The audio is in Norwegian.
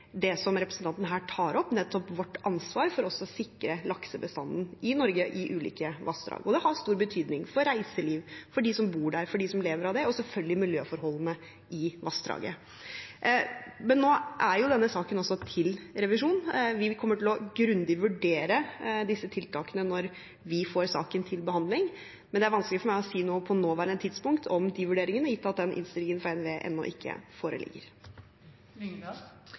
å sikre laksebestanden i Norge i ulike vassdrag. Det har stor betydning for reiselivet, for dem som bor der, for dem som lever av det, og selvfølgelig for miljøforholdene i vassdraget. Men nå er denne saken til revisjon. Vi kommer til å vurdere disse tiltakene grundig når vi får saken til behandling, men det er vanskelig for meg å si noe på nåværende tidspunkt om de vurderingene, gitt at innstillingen fra NVE ennå ikke